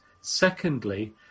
Secondly